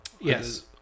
Yes